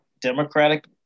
Democratic